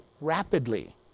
rapidly